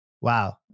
wow